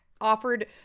offered